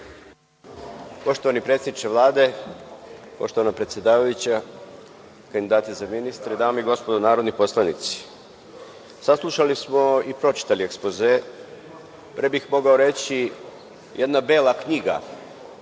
Poštovani predsedniče Vlade, poštovana predsedavajuća, kandidati za ministre, dame i gospodo narodni poslanici, saslušali smo i pročitali ekspoze, pre bih mogao reći jedna bela knjiga